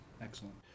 Excellent